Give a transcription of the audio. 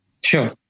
Sure